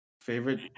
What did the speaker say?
Favorite